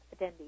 attendees